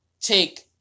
take